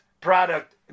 product